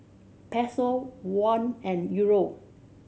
Peso Won and Euro